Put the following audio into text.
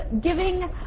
giving